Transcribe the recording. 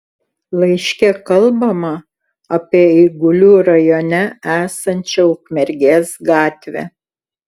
laiške kalbama apie eigulių rajone esančią ukmergės gatvę